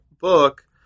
book